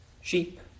Sheep